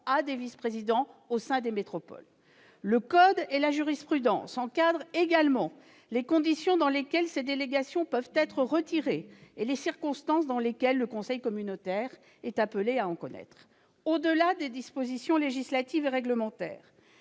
à des vice-présidents au sein des métropoles. Le code et la jurisprudence encadrent également les conditions dans lesquelles ces délégations peuvent être retirées et les circonstances dans lesquelles le conseil communautaire est appelé à en connaître. Au-delà des dispositions législatives et réglementaires,